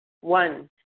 One